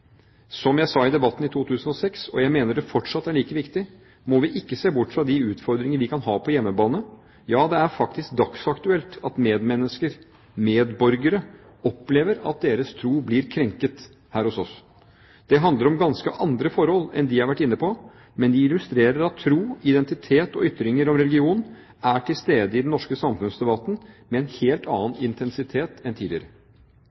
Som jeg sa i debatten i 2006 – og jeg mener det fortsatt er like viktig – må vi ikke se bort fra de utfordringene vi kan ha på hjemmebane, ja det er faktisk dagsaktuelt at medmennesker, medborgere, opplever at deres tro blir krenket – her hos oss. Det handler om ganske andre forhold enn dem jeg har vært inne på, men de illustrerer at tro, identitet og ytringer om religion er til stede i den norske samfunnsdebatten med en helt annen intensitet enn tidligere.